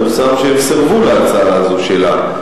פורסם שהם סירבו להצעה הזאת שלה.